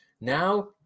Now